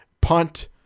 punt